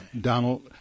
Donald